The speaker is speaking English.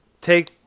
take